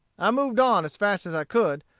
i moved on as fast as i could,